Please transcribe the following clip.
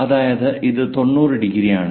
അതായത് ഇത് 90 ഡിഗ്രിയാണ്